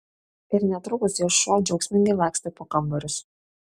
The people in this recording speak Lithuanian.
ir netrukus jos šuo džiaugsmingai lakstė po kambarius